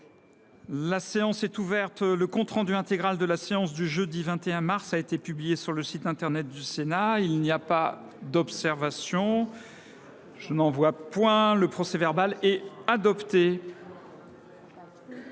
La séance est ouverte. Le compte rendu intégral de la séance du jeudi 21 mars 2024 a été publié sur le site internet du Sénat. Il n’y a pas d’observation ?… Le procès verbal est adopté.